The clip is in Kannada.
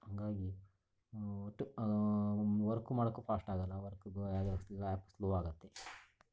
ಹಾಗಾಗಿ ಒಟ್ಟು ವರ್ಕ್ ಮಾಡೋಕು ಫಾಸ್ಟ್ ಆಗಲ್ಲ ವರ್ಕ್ ಮಾಡೋಕೆ ಸ್ಲೋ ಆಗುತ್ತೆ